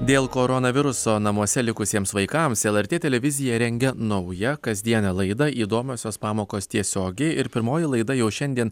dėl koronaviruso namuose likusiems vaikams lrt televizija rengia naują kasdienę laidą įdomiosios pamokos tiesiogiai ir pirmoji laida jau šiandien